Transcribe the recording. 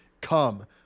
come